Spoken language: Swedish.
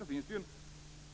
Det finns ju